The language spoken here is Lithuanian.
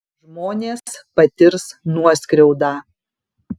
žmonės patirs nuoskriaudą